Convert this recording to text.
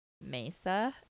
Mesa